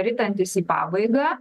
ritantis į pabaigą